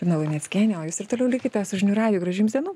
lina luneckienė o jūs ir toliau likite su žinių radiju gražių jums dienų